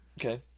okay